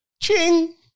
Ching